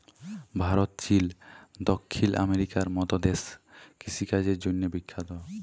ভারত, চিল, দখ্খিল আমেরিকার মত দ্যাশ কিষিকাজের জ্যনহে বিখ্যাত